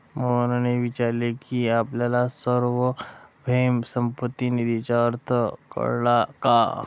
मोहनने विचारले की आपल्याला सार्वभौम संपत्ती निधीचा अर्थ कळला का?